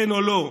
כן או לא,